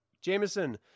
Jameson